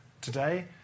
Today